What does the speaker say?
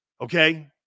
Okay